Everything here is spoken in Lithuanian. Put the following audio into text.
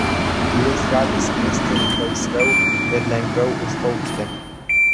jis gali skristi laisviau ir lengviau už paukštį